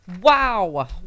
Wow